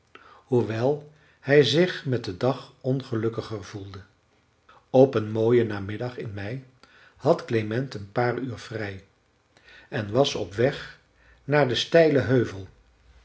hoewel hij zich met den dag ongelukkiger voelde op een mooien namiddag in mei had klement een paar uur vrij en was op weg naar den steilen heuvel